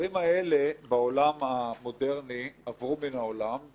הדברים האלה בעולם המודרני עברו מן העולם,